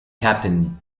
captain